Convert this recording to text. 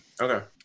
Okay